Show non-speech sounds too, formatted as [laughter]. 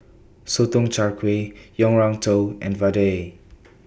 Sotong Char Kway Yang Rou Tang and Vadai [noise]